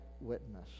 witness